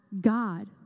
God